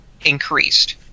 increased